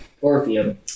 orpheum